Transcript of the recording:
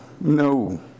no